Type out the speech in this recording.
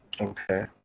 Okay